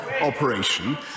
operation